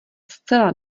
zcela